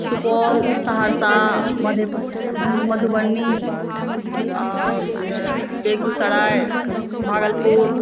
Supaul Saharsa Madhubani Begusarai Bhagalpur